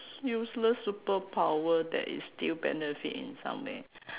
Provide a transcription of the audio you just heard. useless superpower that it still benefit in some way